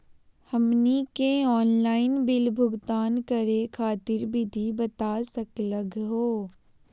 हमनी के online bill भुगतान करे खातीर विधि बता सकलघ हो?